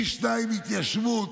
פי שניים התיישבות.